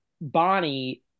Bonnie